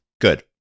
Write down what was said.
Good